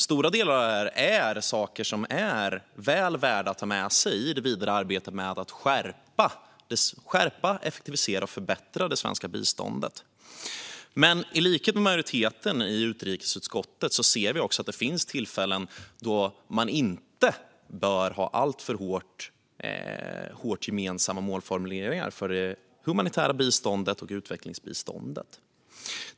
Stora delar är väl värda att ta med sig i det vidare arbetet med att skärpa, effektivisera och förbättra det svenska biståndet. Men i likhet med majoriteten i utskottet ser också Centerpartiet att det finns tillfällen då man inte bör ha alltför hårda gemensamma målformuleringar för det humanitära biståndet och utvecklingsbiståndet.